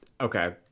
Okay